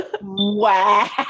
Wow